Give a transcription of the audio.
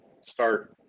start